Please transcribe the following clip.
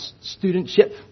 studentship